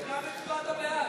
אז למה הצבעת בעד?